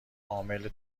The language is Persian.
عامل